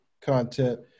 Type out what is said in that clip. content